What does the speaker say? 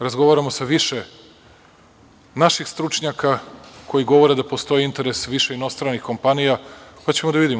Razgovaramo sa više naših stručnjaka koji govore da postoji interes više inostranih kompanija pa ćemo da vidimo.